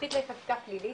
מומחית לחקיקה פלילית,